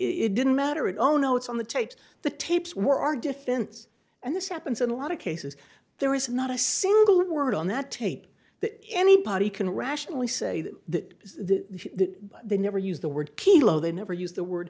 say it didn't matter it oh no it's on the tapes the tapes were our defense and this happens in a lot of cases there is not a single word on that tape that anybody can rationally say that they never use the word key low they never used the word